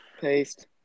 Paste